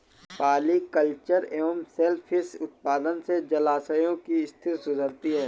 polyculture एवं सेल फिश उत्पादन से जलाशयों की स्थिति सुधरती है